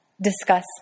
discuss